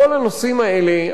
אדוני היושב-ראש,